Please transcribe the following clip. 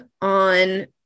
on